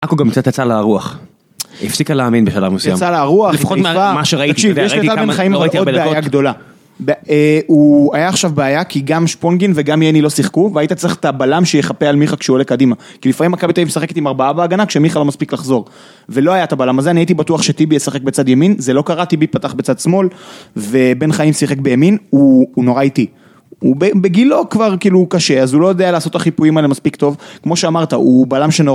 אקו גם קצת יצאה לה רוח הפסיקה להאמין בשלב מסוים יצאה לה רוח, לפחות מה שראיתי תקשיב, יש לטל בן חיים, אבל עוד בעיה גדולה הוא היה עכשיו בעיה כי גם שפונגין וגם יני לא שיחקו והיית צריך את הבלם שיחפה על מיכה כשהוא הולך קדימה כי לפעמים מכבי תל אביב משחקת עם ארבעה בהגנה כשמיכה לא מספיק לחזור ולא היה את הבלם הזה, אני הייתי בטוח שטיבי ישחק בצד ימין זה לא קרה, טיבי פתח בצד שמאל ובן חיים שיחק באמין הוא נורא איטי הוא בגילו כבר כאילו קשה אז הוא לא יודע לעשות החיפויים האלה מספיק טוב כמו שאמרת, הוא בלם שנורא איטי